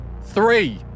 Three